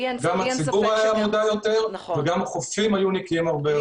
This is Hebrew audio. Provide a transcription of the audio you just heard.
גם הציבור היה מודע יותר וגם החופים היו נקיים הרבה יותר.